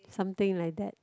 something like that